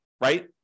right